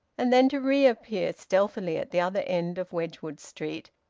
and then to reappear stealthily at the other end of wedgwood street,